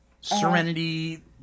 serenity